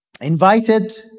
Invited